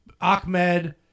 Ahmed